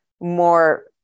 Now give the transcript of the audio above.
more